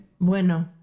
Bueno